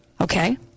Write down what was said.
Okay